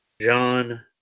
John